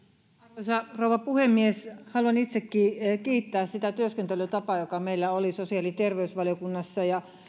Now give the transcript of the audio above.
arvoisa rouva puhemies haluan itsekin kiittää sitä työskentelytapaa joka meillä oli sosiaali ja terveysvaliokunnassa